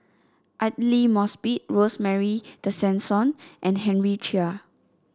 Aidli Mosbit Rosemary Tessensohn and Henry Chia